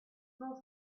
cent